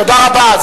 תודה רבה.